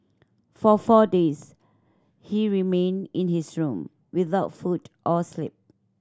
for four days he remained in his room without food or sleep